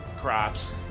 crops